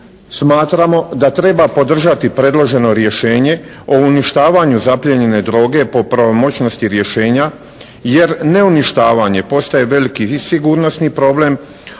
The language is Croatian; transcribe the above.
smatramo da treba podržati predloženo rješenje o uništavanju zaplijenjene droge po pravomoćnosti rješenja jer neuništavanje postaje veliki i sigurnosni problem, a